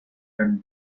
and